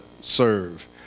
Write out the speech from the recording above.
serve